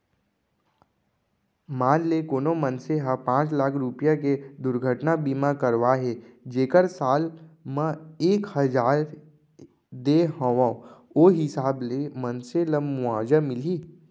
मान ले कोनो मनसे ह पॉंच लाख रूपया के दुरघटना बीमा करवाए हे जेकर साल म एक हजार दे हवय ओ हिसाब ले मनसे ल मुवाजा मिलही